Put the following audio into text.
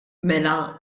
mela